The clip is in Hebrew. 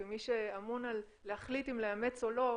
כמי שאמון על ההחלטה אם לאמץ או לא,